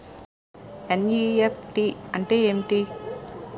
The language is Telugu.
ఎన్.ఈ.ఎఫ్.టి అంటే ఏమిటి?